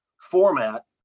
format